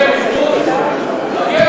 מרגי